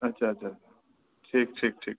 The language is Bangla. আচ্ছা আচ্ছা আচ্ছা ঠিক ঠিক ঠিক ঠিক ঠিক